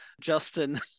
Justin